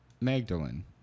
Magdalene